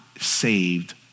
saved